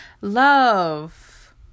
love